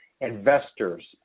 investors